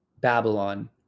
Babylon